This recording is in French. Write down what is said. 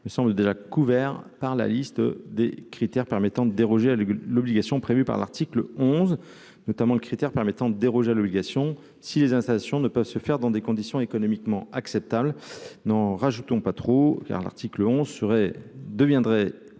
me semble déjà couverts par la liste des critères permettant de déroger à l'obligation prévue par l'article onze notamment le critère permettant de déroger à l'obligation si les installations ne peuvent se faire dans des conditions économiquement acceptables, n'en rajoutons pas trop, car l'article onze serait